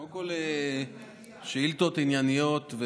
קודם כול, שאילתות ענייניות.